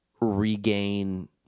regain